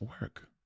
Work